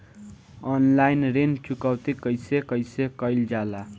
Online ऋण चुकौती कइसे कइसे कइल जाला?